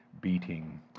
beating